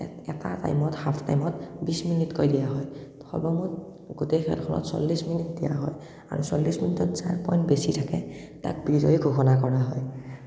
এটা টাইমত হাফ টাইমত বিছমিনিটকৈ দিয়া হয় সৰ্বমুঠ গোটেই খেলখনত চল্লিছ মিনিট দিয়া হয় আৰু চল্লিছ মিনিটত যাৰ পইণ্ট বেছি থাকে তাক বিজয়ী ঘোষণা কৰা হয়